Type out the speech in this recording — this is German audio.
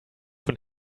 von